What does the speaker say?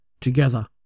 together